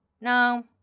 no